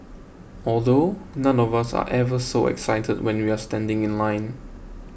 although none of us are ever so excited when we're standing in line